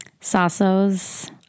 Sasso's